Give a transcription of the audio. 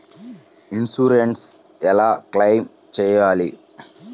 Insurance ఎలా claim చేయాలి?